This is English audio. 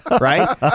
Right